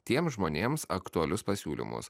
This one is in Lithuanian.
tiems žmonėms aktualius pasiūlymus